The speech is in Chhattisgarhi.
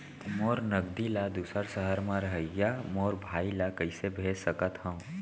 मोर नगदी ला दूसर सहर म रहइया मोर भाई ला कइसे भेज सकत हव?